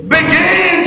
Begin